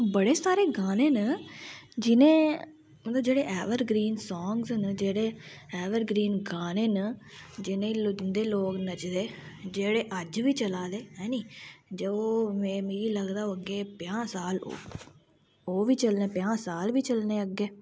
बड़े सारे गाने न जिन्ने एवरग्रीन सांग्स न जेह्ड़े एवरग्रीन गाने न जिंदे पर लोग नचदे ते ओह् अज्ज बी चला दे ते जेह्ड़ा मिगी लगदा की ओह् अग्गें पंजाह् साल होर बी चलने पंजाह् साल बी चलने अग्गें